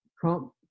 Trump